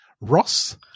ross